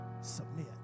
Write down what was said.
Submit